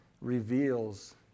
reveals